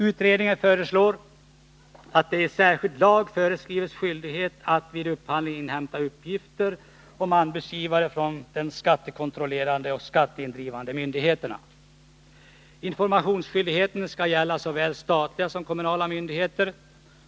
Utredningen föreslår att det i en särskild lag föreskrivs skyldighet att vid upphandling inhämta uppgifter om anbudsgivare från de skattekontrollerande och skatteindrivande myndigheterna. Informationsskyldigheten skall gälla såväl statliga som kommunala myndigheter.